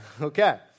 Okay